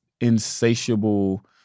insatiable